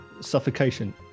suffocation